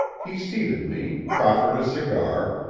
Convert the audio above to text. he seated me, proffered a cigar,